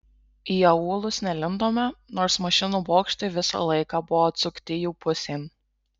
į aūlus nelindome nors mašinų bokštai visą laiką buvo atsukti jų pusėn